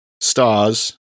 stars